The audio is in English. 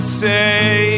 say